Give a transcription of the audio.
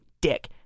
dick